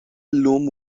llum